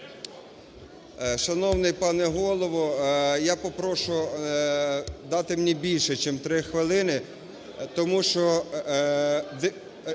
Шановний пане Голово, я попрошу дати мені більше, чим 3 хвилини, тому що